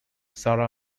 sara